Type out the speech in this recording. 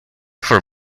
for